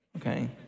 Okay